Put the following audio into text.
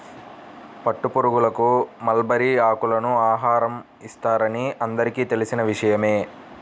పట్టుపురుగులకు మల్బరీ ఆకులను ఆహారం ఇస్తారని అందరికీ తెలిసిన విషయమే